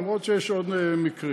למרות שיש עוד מקרים.